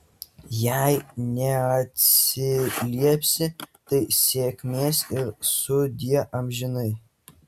jei neatsiliepsi tai sėkmės ir sudie amžinai